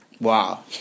Wow